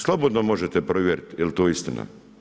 Slobodno možete provjeriti jel to istina.